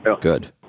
Good